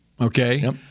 Okay